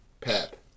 Pep